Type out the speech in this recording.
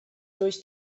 durch